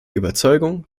überzeugung